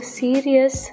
serious